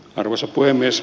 arvoisa puhemies